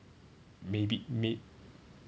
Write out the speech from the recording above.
maybe may~